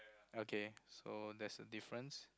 okay so that's the difference